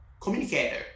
communicator